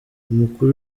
umukuru